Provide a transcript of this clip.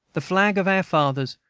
the flag of our fathers,